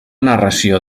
narració